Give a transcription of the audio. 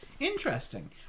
Interesting